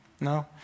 No